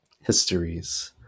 Histories